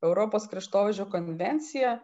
europos kraštovaizdžio konvencija